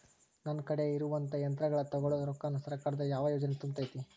ನನ್ ಕಡೆ ಇರುವಂಥಾ ಯಂತ್ರಗಳ ತೊಗೊಳು ರೊಕ್ಕಾನ್ ಸರ್ಕಾರದ ಯಾವ ಯೋಜನೆ ತುಂಬತೈತಿ?